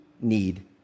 need